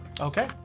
okay